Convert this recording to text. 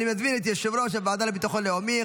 אני מזמין את יושב-ראש הוועדה לביטחון לאומי,